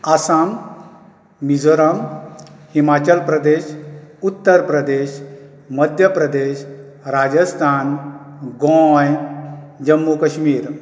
Assam Mizoram Himachal Pradesh Uttar Pradesh Madhya Pradesh Rajasthan Goem Jammu Kashmir